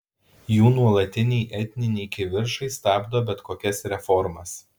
jų nuolatiniai etniniai kivirčai stabdo bet kokias reformas